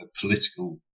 political